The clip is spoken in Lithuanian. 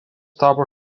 tapo